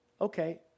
Okay